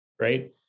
right